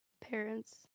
parents